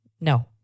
no